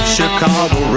Chicago